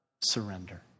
surrender